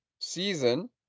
season